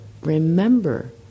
remember